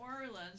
Orleans